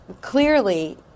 clearly